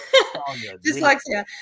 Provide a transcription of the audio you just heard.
Dyslexia